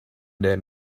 then